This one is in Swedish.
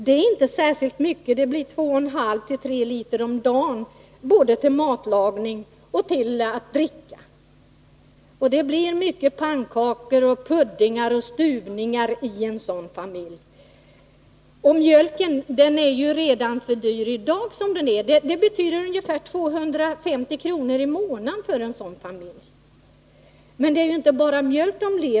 Det är inte särskilt mycket, det blir 2,5-3 liter om dagen både till matlagning och till att dricka. Det blir mycket pannkakor, puddingar och stuvningar i en sådan familj. Mjölken är redan i dag dyr och kostar den här familjen ungefär 250 kr. i månaden. Men man lever inte av bara mjölk.